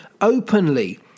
openly